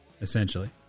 essentially